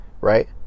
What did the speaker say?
right